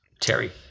Terry